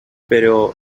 però